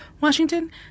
Washington